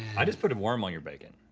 i just put a worm on your bacon.